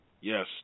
Yes